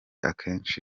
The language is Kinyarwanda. akenshi